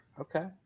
Okay